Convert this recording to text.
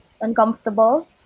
uncomfortable